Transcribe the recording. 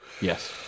Yes